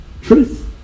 truth